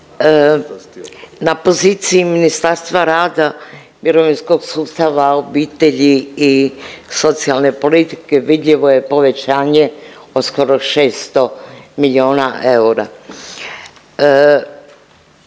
na poziciji Ministarstva rada, mirovinskog sustava, obitelji i socijalne politike vidljivo je povećanje od skoro 600 milijuna eura.